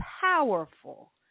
powerful